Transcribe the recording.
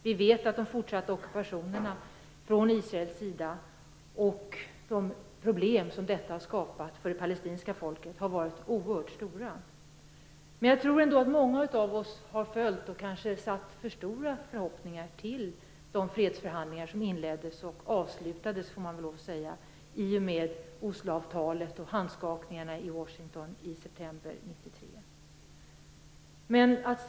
Vi vet att den fortsatta ockupationen från Israels sida skapat oerhört stora problem för det palestinska folket. Jag tror ändå att många av oss som följt detta kanske satt för stora förhoppningar till de fredsförhandlingar som inleddes och, får man väl lov att säga, avslutades i och med Osloavtalet och handskakningarna i Washington i september 1993.